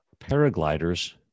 paragliders